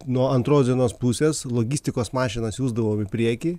nuo antros dienos pusės logistikos mašiną siųsdavom į priekį